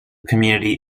community